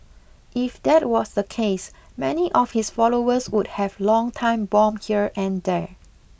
if that was the case many of his followers would have long time bomb here and there